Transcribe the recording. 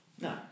no